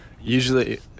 usually